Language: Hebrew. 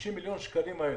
30 מיליון השקלים האלה,